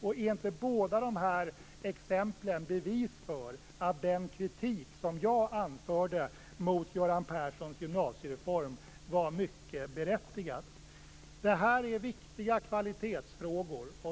Är inte båda exemplen bevis för att den kritik som jag anförde mot Göran Perssons gymnasiereform var berättigad? Det här är viktiga kvalitetsfrågor.